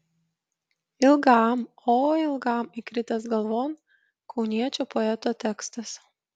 ilgam oi ilgam įkritęs galvon kauniečio poeto tekstas